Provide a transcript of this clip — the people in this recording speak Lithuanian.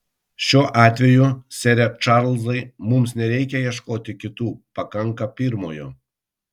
šiuo atveju sere čarlzai mums nereikia ieškoti kitų pakanka pirmojo